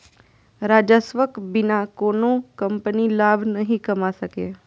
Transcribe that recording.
राजस्वक बिना कोनो कंपनी लाभ नहि कमा सकैए